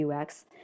UX